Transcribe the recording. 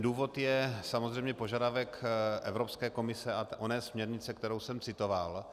Důvod je samozřejmě požadavek Evropské komise a oné směrnice, kterou jsem citoval.